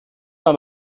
war